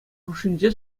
хушшинче